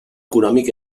econòmic